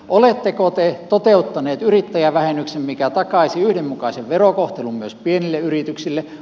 oletteko te toteuttaneet yrittäjävähennyksen mikä takaisi yhdenmukaisen verokohtelun myös pienille yrityksille